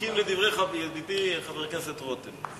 מסכים לדברי ידידי חבר הכנסת רותם.